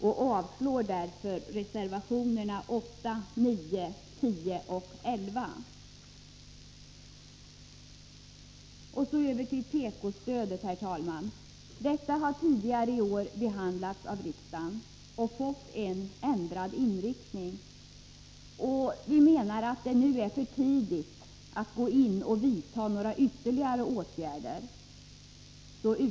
Jag yrkar därför avslag på reservationerna 8, 9, 10 och 11. Så över till tekostödet, herr talman. Detta har behandlats av riksdagen tidigare i år och fått en ändrad inriktning, och vi menar att det nu är för tidigt att vidta några ytterligare åtgärder.